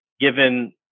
given